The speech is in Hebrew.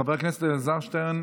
חבר הכנסת אלעזר שטרן,